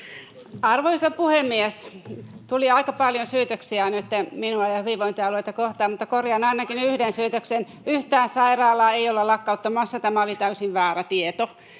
Arvoisa puhemies! Tuli aika paljon syytöksiä nytten minua ja hyvinvointialueita kohtaan, mutta korjaan ainakin yhden syytöksen: yhtään sairaalaa ei olla lakkauttamassa. Tämä oli täysin väärä tieto.